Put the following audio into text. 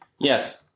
Yes